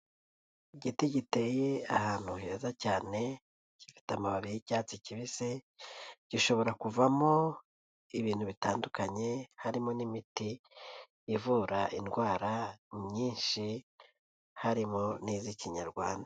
Igiti giteye ahantu heza cyane, gifite amababi y'icyatsi kibisi, gishobora kuvamo ibintu bitandukanye harimo n'imiti ivura indwara nyinshi, harimo n'iza kinyarwanda.